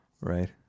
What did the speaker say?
Right